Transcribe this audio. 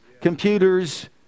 computers